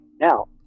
Now